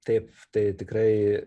taip tai tikrai